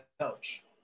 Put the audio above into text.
coach